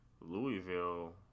Louisville